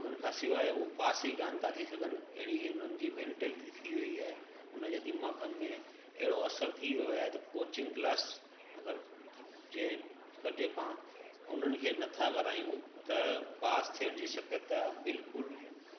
उन खां सवाइ हू पास ई कान था थी सघनि अहिड़ी उन्हनि जी मेंटेलिटी थी वयी आहे उन्हनि जे दिमाग़ में अहिड़ो असर थी वियो आहे त कोचिंग क्लास अगरि जे कजे तव्हां उन्हनि खे नथा करायूं त पास थियण जी सघ त बिल्कुलु